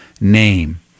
name